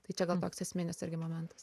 tai čia gal toks esminis irgi momentas